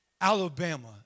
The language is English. Alabama